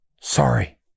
sorry